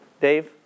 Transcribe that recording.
Dave